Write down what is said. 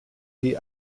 idee